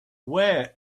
where